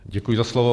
Děkuji za slovo.